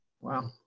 Wow